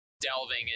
delving